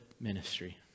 ministry